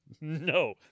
No